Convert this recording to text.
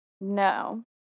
No